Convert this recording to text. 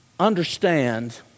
understand